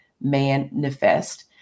Manifest